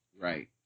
Right